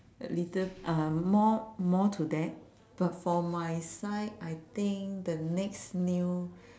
a little uh more more to that but for my side I think the next new